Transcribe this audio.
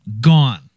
gone